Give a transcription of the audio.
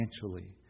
financially